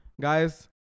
guys